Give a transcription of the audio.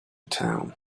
town